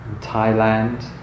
Thailand